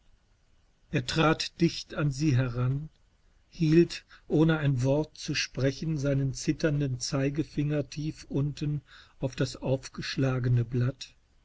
er trat dicht an sie heran hielt ohne ein wort zu sprechen seinen zitternden zeigefinger tief unten auf das aufgeschlagene blatt